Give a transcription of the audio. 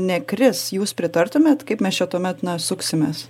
nekris jūs pritartumėt kaip mes čia tuomet na suksimės